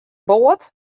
boat